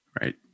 right